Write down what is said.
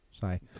say